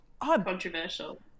Controversial